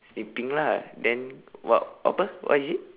sleeping lah then what apa what is it